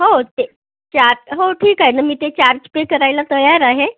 हो ते चार्ज हो ठीक आहे ना मी ते चार्ज पे करायला तयार आहे